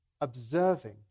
observing